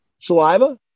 saliva